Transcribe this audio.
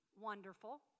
wonderful